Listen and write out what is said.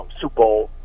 Super